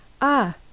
Ah